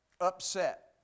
upset